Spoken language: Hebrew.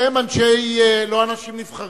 שהם לא אנשים נבחרים,